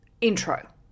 intro